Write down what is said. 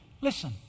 Listen